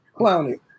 Clowny